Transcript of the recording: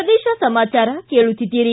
ಪ್ರದೇಶ ಸಮಾಚಾರ ಕೇಳುತ್ತಿದ್ದೀರಿ